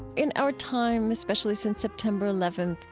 in our time, especially since september eleventh,